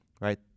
right